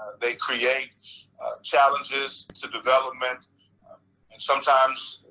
they create challenges to development. and sometimes,